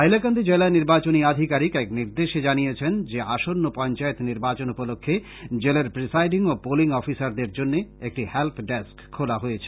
হাইলাকান্দি জেলা নির্বাচনী আধিকারীক এক নির্দেশে জানিয়েছেন যে আসন্ন পঞ্চায়েত নির্বাচন উপলক্ষে জেলার প্রিসাইডিং ও পোলিং অফিসারদের জন্য একটি হেল্প ডেস্ক খোলা হয়েছে